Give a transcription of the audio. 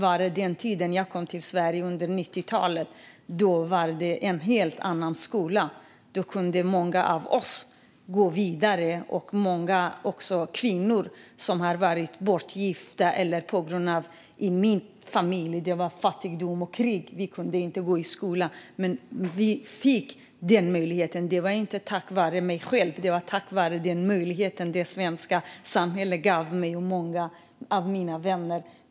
På den tid jag kom till Sverige, under 90-talet, var det en helt annan skola. Tack vare den kunde många av oss gå vidare. Många av oss hade inte kunnat gå i skolan. Det gällde till exempel kvinnor som hade varit bortgifta eller människor som - som i min familj - på grund av fattigdom och krig inte hade kunnat gå i skolan. Men vi fick den möjligheten. Det var inte tack vare mig själv utan tack vare den möjlighet det svenska samhället gav mig och många av mina vänner.